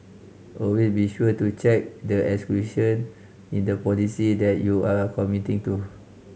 always be sure to check the exclusion in the policy that you are committing to